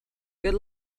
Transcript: good